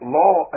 law